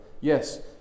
Yes